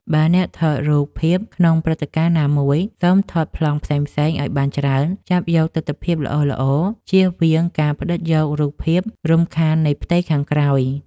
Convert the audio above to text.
បើអ្នកថតរូបភាពក្នុងព្រឹត្តិការណ៍ណាមួយ សូមថតប្លង់ផ្សេងៗឱ្យបានច្រើន ចាប់យកទិដ្ឋភាពល្អៗ ជៀសវាងការផ្តិតយករូបភាពរំខាន់នៃផ្ទៃខាងក្រោយ។